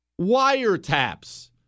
Wiretaps